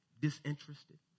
disinterested